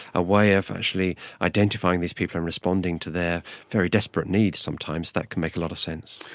a way of actually identifying these people and responding to their very desperate needs sometimes, that can make a lot of sense.